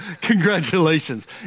Congratulations